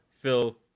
Phil